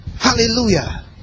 Hallelujah